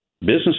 Business